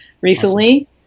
recently